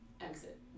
exit